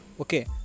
Okay